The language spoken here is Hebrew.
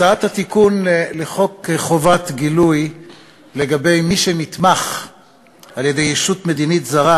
הצעת התיקון לחוק חובת גילוי לגבי מי שנתמך על-ידי ישות מדינית זרה,